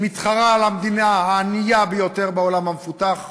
היא מתחרה על תואר המדינה הענייה ביותר בעולם המפותח,